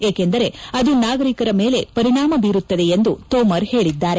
ಏಕೆಂದರೆ ಅದು ನಾಗರಿಕರ ಮೇಲೆ ಪರಿಣಾಮ ಬೀರುತ್ತದೆ ಎಂದು ತೋಮರ್ ಹೇಳದ್ದಾರೆ